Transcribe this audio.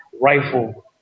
rifle